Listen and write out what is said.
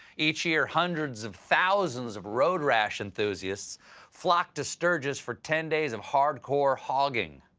each year hundreds of thousands of road rash enthusiasts flock to sturgis for ten days of hard-core hogging.